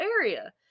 area